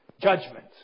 Judgment